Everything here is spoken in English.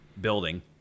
building